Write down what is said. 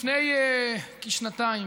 לפני כשנתיים